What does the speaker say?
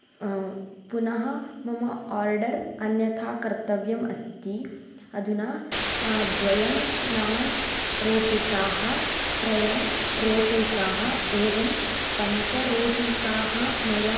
पुनः मम ओर्डर् अन्यथा कर्तव्यमस्ति अधुना द्वयं नान् रोटिकाः त्रयं रोटिकाः एवं पञ्च रोटिकाः मया